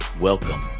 Welcome